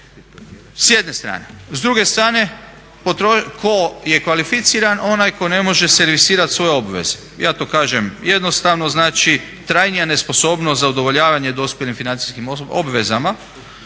S jedne strane. S druge strane, tko je kvalificiran? Onaj tko ne može servisirati svoje obveze. Ja to kažem jednostavno, znači trajnija nesposobnost za udovoljavanje dospjelim financijskim obvezama.